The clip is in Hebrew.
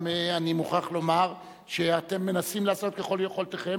אני מוכרח לומר שאתם מנסים לעשות ככל יכולתכם,